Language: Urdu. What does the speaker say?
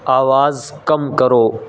آواز کم کرو